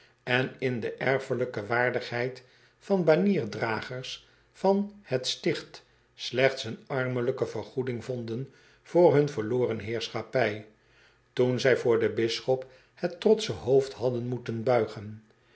en in de erfelijke waardigheid van banierdragers van het ticht slechts een armelijke vergoeding vonden voor hun verloren heerschappij toen zij voor den bisschop het trotsche hoofd hadden moeten buigen